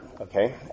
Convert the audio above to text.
okay